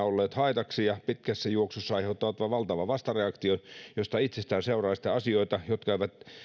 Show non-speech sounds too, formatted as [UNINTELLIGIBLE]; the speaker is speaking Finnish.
[UNINTELLIGIBLE] olleet haitaksi ja pitkässä juoksussa aiheuttavat vain valtavan vastareaktion josta itsestään seuraa sitten asioita jotka eivät